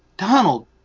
Donald